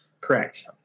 Correct